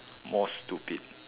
more stupid